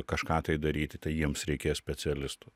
kažką tai daryti tai jiems reikės specialistų